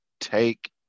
take